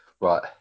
Right